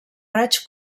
raig